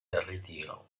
ritiro